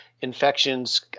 infections